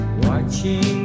watching